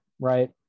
right